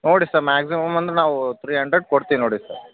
ನೋಡಿ sir maximum ಅಂದ್ರೆ ನಾವು ತ್ರೀ ಹಂಡ್ರೆಡ್ ಕೊಡ್ತೀವಿ ನೋಡಿ ಸರ್